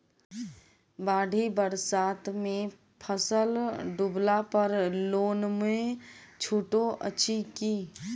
बाढ़ि बरसातमे फसल डुबला पर लोनमे छुटो अछि की